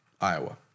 Iowa